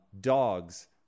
dogs